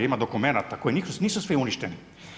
Ima dokumenata koji nisu svi uništeni.